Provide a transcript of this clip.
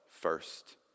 first